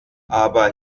aber